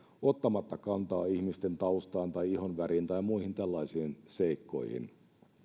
ottamatta kantaa ihmisten taustaan tai ihonväriin tai muihin tällaisiin seikkoihin